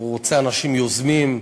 הוא רוצה אנשים יוזמים,